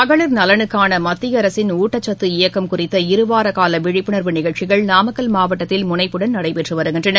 மகளிர் நலனுக்கான மத்திய அரசின் ஊட்டச்சத்து இயக்கம் குறித்த இருவார கால விழிப்புணர்வு நிகழ்ச்சிகள் நாமக்கல் மாவட்டத்தில் முனைப்புடன் நடைபெற்று வருகின்றன